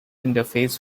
interface